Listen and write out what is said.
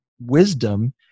wisdom